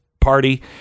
party